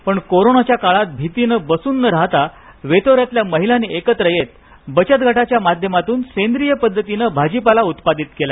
पण कोरोनाच्या काळात बसून ना जात वेतोरेतल्या महिलांनी एकत्र येत बचतगटाच्या माध्यमातून सेंद्रिय पद्धतीने भाजीपाला उत्पादित केला